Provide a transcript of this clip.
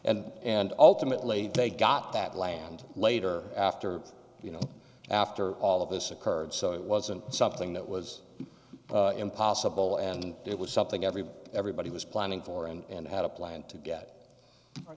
and and ultimately they got that land later after you know after all of this occurred so it wasn't something that was impossible and it was something every everybody was planning for and had a plan to get